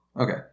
Okay